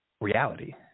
reality